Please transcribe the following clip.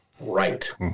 right